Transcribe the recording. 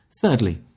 Thirdly